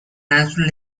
natural